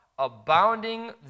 abounding